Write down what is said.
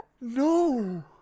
No